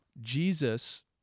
Jesus